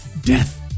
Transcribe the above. death